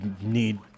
need